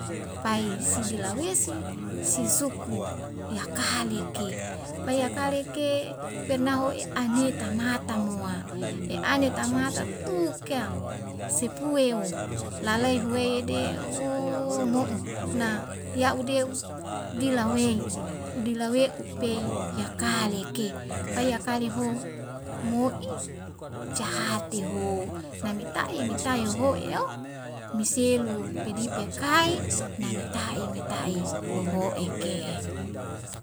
Kai sidilawesi sisuku yakali liki pai ya kaleke perna hoya' ane tamata moa e'ane tamata tu kea sepue o lalei huwei yede o mo'o na ya'udiot dila wei udila wei upei yakale leke paya yakaleho mo'i cahate ho namitai mitai hoho'e o miselu pedi pekai namita'i mita'i hoho'e ke'e